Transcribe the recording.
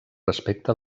respecte